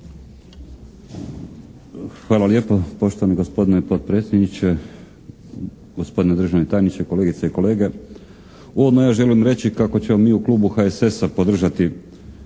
Hvala lijepo. Poštovani gospodine potpredsjedniče, gospodine državni tajniče, kolegice i kolege, uvodno ja želim reći kako ćemo mi u Klubu HSS-a podržati